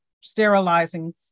sterilizing